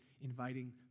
inviting